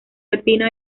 alpino